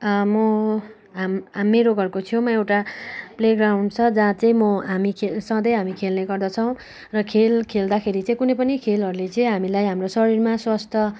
म हाम् हा मेरो घरको छेउमा एउटा प्ले ग्राउन्ड छ जहाँ चाहिँ म हामी खे सधैँ हामी खेल्ने गर्दछौँ र खेल खेल्दाखेरि चाहिँ कुनै पनि खेलहरूले चाहिँ हामीलाई हाम्रो शरीरमा स्वस्थ